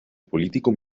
político